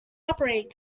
operating